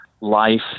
life